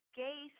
gay